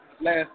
last